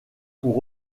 pour